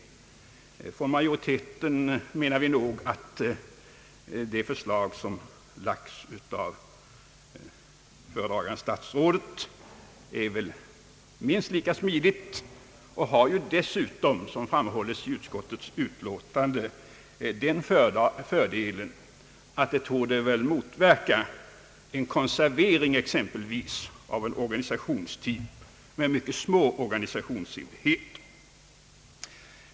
Vi inom majoriteten menar att det förslag som lagts fram av föredragande statsrådet väl är minst lika smidigt och dessutom, som framhålls i utskottets utlåtande, har den fördelen att det torde motverka en konservering exempelvis av en organisationstyp med mycket små organisationsenheter.